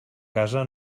casa